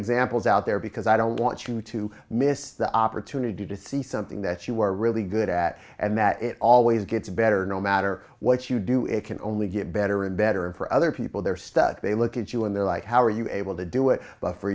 examples out there because i don't want you to miss the opportunity to see something that you were really good at and that it always gets better no matter what you do it can only get better and better and for other people they're stuck they look at you and they're like how are you able to do it but for